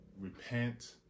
repent